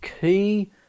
key